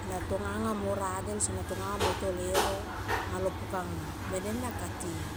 Na tonga nga mo nadel sana tonga nga mo to leuno anga lo puka nga lo buka nga mene na ka ti